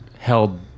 held